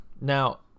now